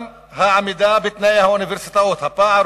גם העמידה בתנאי האוניברסיטאות הפער